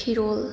ꯐꯤꯔꯣꯜ